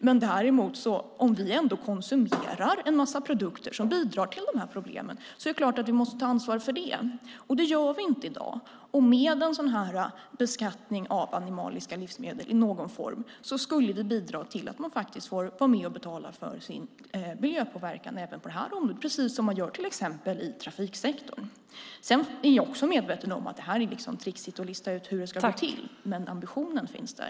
Men om vi ändå konsumerar en massa produkter som bidrar till de här problemen måste vi ta ansvar för det. Det gör vi inte i dag. Med en sådan här beskattning av animaliska livsmedel i någon form skulle vi bidra till att man får vara med och betala för sin miljöpåverkan även på det här området, precis som man gör till exempel i trafiksektorn. Jag är medveten om att det är tricksigt att lista ut hur det ska gå till, men ambitionen finns där.